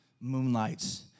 moonlights